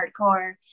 hardcore